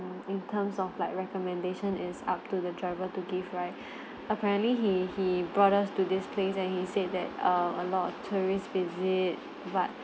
in terms of like recommendation is up to the driver to give right apparently he he brought us to this place and he said that err a lot of tourists visit but